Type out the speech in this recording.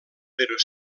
però